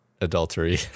adultery